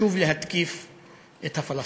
שוב להתקיף את הפלסטינים,